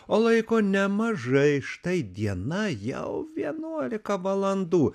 o laiko nemažai štai diena jau vienuolika valandų